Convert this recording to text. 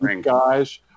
guys